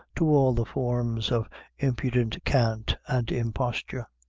to all the forms of impudent cant and imposture.